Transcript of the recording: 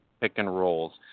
pick-and-rolls